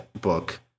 book